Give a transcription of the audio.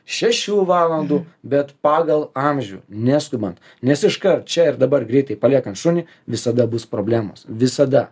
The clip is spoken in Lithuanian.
šešių valandų bet pagal amžių neskubant nes iškart čia ir dabar greitai paliekant šunį visada bus problemos visada